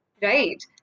Right